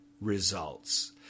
results